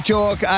Talk